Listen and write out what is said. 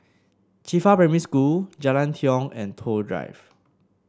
Qifa Primary School Jalan Tiong and Toh Drive